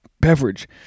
beverage